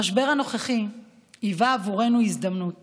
המשבר הנוכחי היווה עבורנו הזדמנות